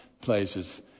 places